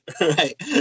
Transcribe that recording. right